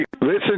listen